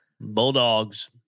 bulldogs